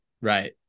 Right